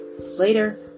Later